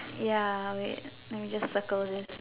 ya wait let me just circle this